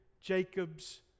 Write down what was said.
Jacob's